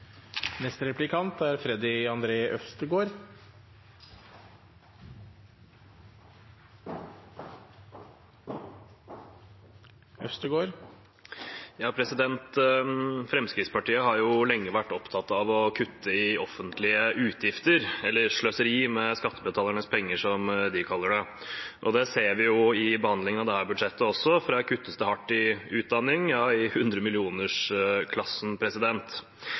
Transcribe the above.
Fremskrittspartiet har lenge vært opptatt av å kutte i offentlige utgifter, eller sløseri med skattebetalernes penger, som de kaller det. Det ser vi også i behandlingen av dette budsjettet, for her kuttes det hardt i utdanning – ja i hundremillionersklassen.